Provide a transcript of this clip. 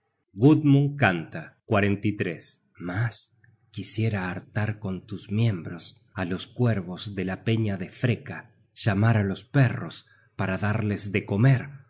search generated at gudmund canta mas quisiera hartar con tus miembros á los cuervos de la peña de freka llamar los perros para darles de comer